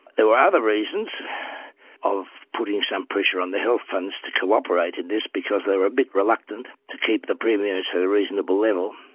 there were other reasons of putting some pressure on the health funds to co-operate in this because they were a bit reluctant to keep the premiums at a reasonable level,